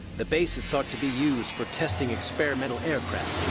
the base is thought to be used for testing experimental aircraft.